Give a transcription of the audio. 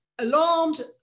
alarmed